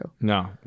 no